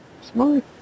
Smart